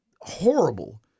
horrible